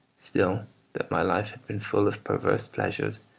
still that my life had been full of perverse pleasures,